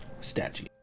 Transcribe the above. statue